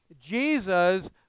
Jesus